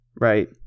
right